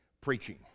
preaching